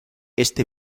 este